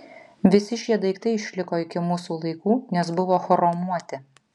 visi šie daiktai išliko iki mūsų laikų nes buvo chromuoti